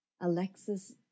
Alexis